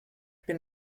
bin